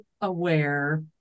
aware